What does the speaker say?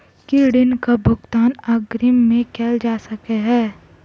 की ऋण कऽ भुगतान अग्रिम मे कैल जा सकै हय?